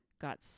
got